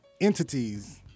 entities